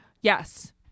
Yes